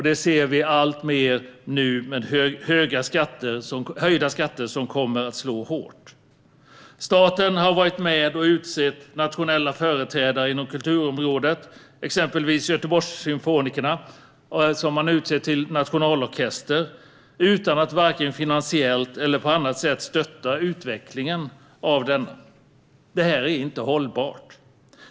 Det ser vi alltmer nu, med höjda skatter som kommer att slå hårt. Staten har varit med och utsett nationella företrädare inom kulturområdet - exempelvis har man utsett Göteborgssymfonikerna till nationalorkester - utan att vare sig finansiellt eller på annat sätt stötta utvecklingen av dem. Detta är inte hållbart.